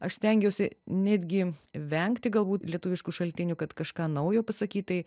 aš stengiausi netgi vengti galbūt lietuviškų šaltinių kad kažką naujo pasakyt tai